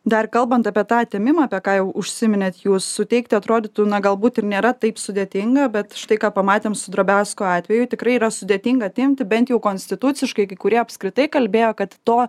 dar kalbant apie tą atėmimą apie ką jau užsiminėt jūs suteikti atrodytų na galbūt ir nėra taip sudėtinga bet štai ką pamatėm su drobesko atveju tikrai yra sudėtinga atimti bent jau konstituciškai kai kurie apskritai kalbėjo kad to